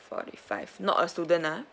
forty-five not a student ah